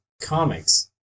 comics